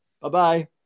Bye-bye